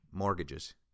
mortgages